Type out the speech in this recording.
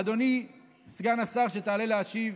אדוני סגן השר, כשתעלה להשיב,